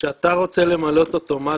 כשאתה רוצה למלא אוטומטית,